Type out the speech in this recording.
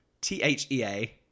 T-H-E-A